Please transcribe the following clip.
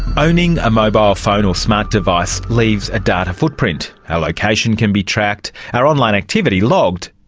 owning a mobile phone or smart device leaves a data footprint. our location can be tracked, our online activity logged.